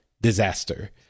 disaster